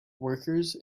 workers